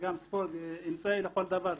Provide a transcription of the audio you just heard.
הספורט הוא אמצעי לכל דבר.